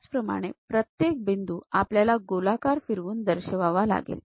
त्याचप्रमाणे प्रत्येक बिंदू आपल्याला गोलाकार फिरवून दर्शवावा लागेल